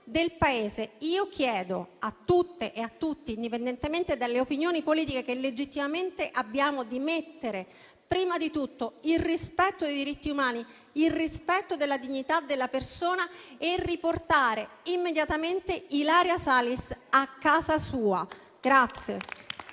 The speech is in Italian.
del Paese. Chiedo a tutte e a tutti, indipendentemente dalle opinioni politiche che legittimamente abbiamo, di anteporre a tutto il resto il rispetto dei diritti umani, il rispetto della dignità della persona e di riportare immediatamente Ilaria Salis a casa sua.